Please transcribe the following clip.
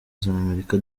z’amerika